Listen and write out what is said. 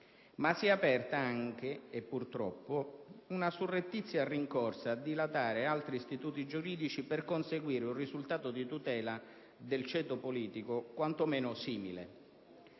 ma si è aperta anche - e purtroppo - una surrettizia rincorsa a dilatare altri istituti giuridici per conseguire come risultato la tutela del ceto politico quantomeno simile.